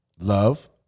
love